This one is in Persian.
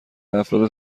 افراد